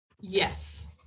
Yes